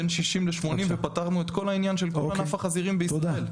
בין 60 ל-80 ופתרנו את כל העניין של כל ענף החזירים בישראל.